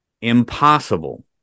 impossible